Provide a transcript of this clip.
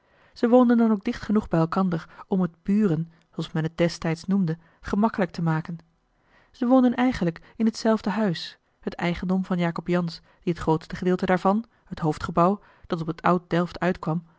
ze woonden dan ook dicht genoeg bij elkander om het buren zooals men het destijds noemde gemakkelijk te maken ze woonden eigenlijk in hetzelfde huis het eigendom van jacob jansz die het grootste gedeelte daarvan het hoofdgebouw dat op het oud delft uitkwam